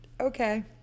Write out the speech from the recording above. okay